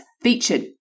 featured